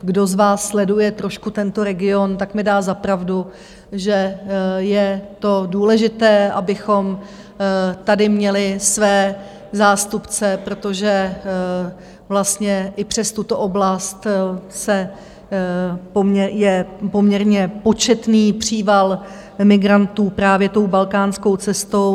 Kdo z vás sleduje trošku tento region, tak mi dá určitě za pravdu, že je důležité, abychom tady měli své zástupce, protože vlastně i přes tuto oblast je poměrně početný příval migrantů právě tou balkánskou cestou.